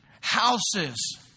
houses